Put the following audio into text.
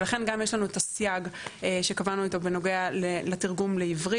ולכן גם יש לנו את הסייג שקבענו אותו בנוגע לתרגום לעברית,